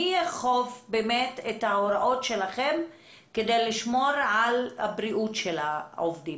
מי יאכוף באמת את ההוראות שלכם כדי לשמור על הבריאות של העובדים?